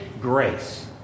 grace